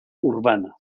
urbana